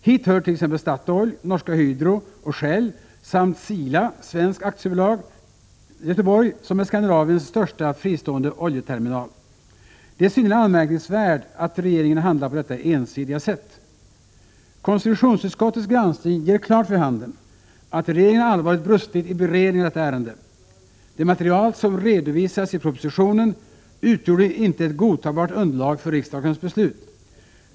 Hit hör t.ex. Statoil, Norsk Hydro och Shell samt CILA Sweden AB i Göteborg, som är Skandinaviens största fristående oljeterminal. Det är synnerligen anmärkningsvärt att regeringen handlat på detta ensidiga sätt. Konstitutionsutskottets granskning ger klart vid handen att regeringen allvarligt brustit i beredningen av detta ärende. Det material som redovisades i propositionen utgjorde inte ett godtagbart underlag för riksdagens beslut.